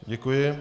Děkuji.